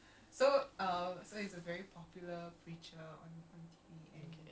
totally wrong ke it's okay it's okay